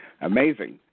amazing